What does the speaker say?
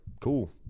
cool